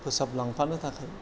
फोसाबलांफानो थाखाय